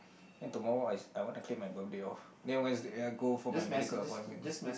then tomorrow I I wanna claim my birthday off then Wednesday I go for my medical appointment